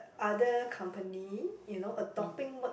other company you know adopting word